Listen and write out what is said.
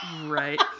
Right